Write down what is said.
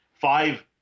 five